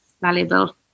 valuable